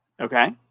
Okay